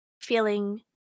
feeling